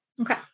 Okay